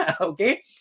Okay